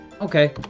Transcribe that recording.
Okay